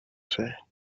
say